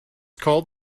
called